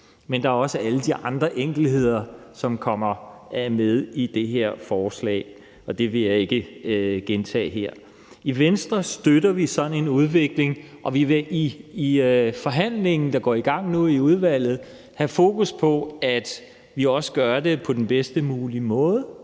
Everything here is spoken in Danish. Så er der også alle de andre enkeltheder, som er med i det her forslag, men dem vil jeg ikke gentage her. I Venstre støtter vi sådan en udvikling, og vi vil i den forhandling, der går i gang i udvalget nu, have fokus på, at vi også gør det på den bedst mulige måde